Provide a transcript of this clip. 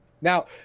now